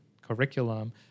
curriculum